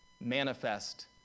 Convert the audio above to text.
manifest